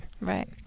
Right